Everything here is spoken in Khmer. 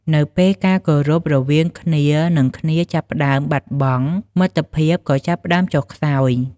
នៅពេលការគោរពរវាងគ្នានឹងគ្នាចាប់ផ្ដើមបាត់បង់ មិត្តភាពក៏ចាប់ផ្ដើមចុះខ្សោយ។